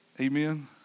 Amen